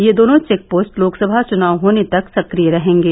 यह दोनों check post Lok Sabha चुनाव होने तक सक्रिय रहेंगे